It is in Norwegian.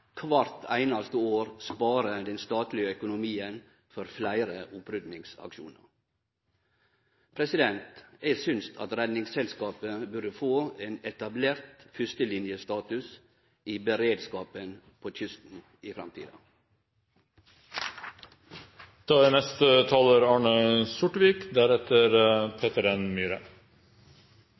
kvart einaste år sparer den statlege økonomien for fleire oppryddingsaksjonar. Eg synest at Redningsselskapet burde få ein etablert førstelinjestatus i beredskapen på kysten i